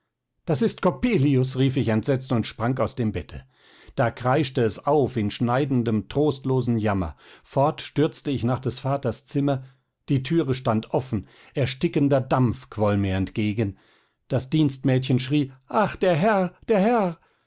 das ist coppelius rief ich entsetzt und sprang aus dem bette da kreischte es auf in schneidendem trostlosen jammer fort stürzte ich nach des vaters zimmer die türe stand offen erstickender dampf quoll mir entgegen das dienstmädchen schrie ach der herr der herr